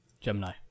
Gemini